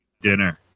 dinner